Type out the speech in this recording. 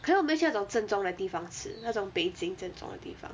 可能我们没有去那种正宗的地方吃那种 beijing 正宗的地方